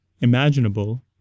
imaginable